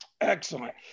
Excellent